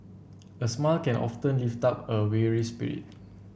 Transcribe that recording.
a smile can often lift up a weary spirit